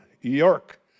York